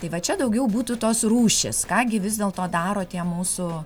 tai va čia daugiau būtų tos rūšys ką gi vis dėlto daro tie mūsų